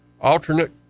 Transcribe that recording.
alternate